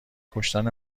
کشتن